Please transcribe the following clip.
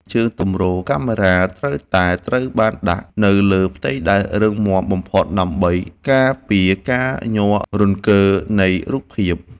ជើងទម្រកាមេរ៉ាត្រូវតែត្រូវបានដាក់នៅលើផ្ទៃដែលរឹងមាំបំផុតដើម្បីការពារការញ័ររង្គើនៃរូបភាព។